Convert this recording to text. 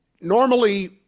Normally